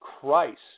Christ